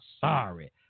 Sorry